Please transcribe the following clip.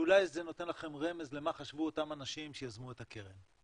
ואולי זה נותן לכם רמז למה חשבו אותם אנשים שיזמו את הקרן.